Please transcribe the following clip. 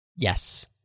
Yes